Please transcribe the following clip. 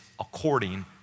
according